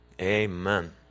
amen